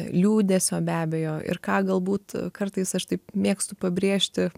liūdesio be abejo ir ką galbūt kartais aš taip mėgstu pabrėžti